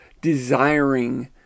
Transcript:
desiring